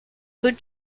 hood